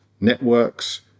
networks